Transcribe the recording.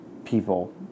people